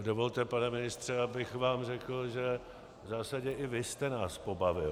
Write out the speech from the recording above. Dovolte, pane ministře, abych vám řekl, že v zásadě i vy jste nás pobavil.